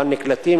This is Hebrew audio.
אבל נקלטים,